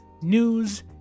news